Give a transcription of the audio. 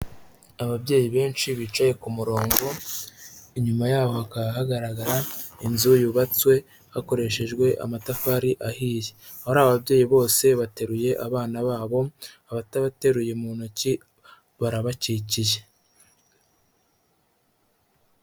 Ababyeyi benshi bicaye ku murongo inyuma yaho hakaba hagaragara inzu yubatswe hakoreshejwe amatafari ahiye, bariya ababyeyi bose bateruye abana babo, abatabateruye mu ntoki barabakikiye.